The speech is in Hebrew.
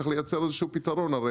צריך לייצר איזה שהוא פתרון; הרי,